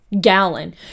gallon